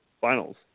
finals